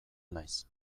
naiz